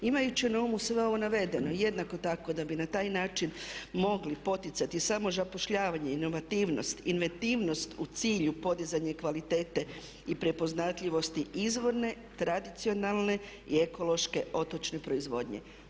Imajući na umu sve ovo navedeno, jednako tako da bi na taj način mogli poticati samozapošljavanje, inovativnost, inventivnost u cilju podizanja kvalitete i prepoznatljivosti izvorne, tradicionalne i ekološke otočne proizvodnje.